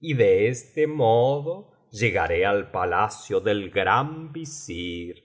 y de este modo llegaré al palacio del gran visir